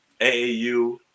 AAU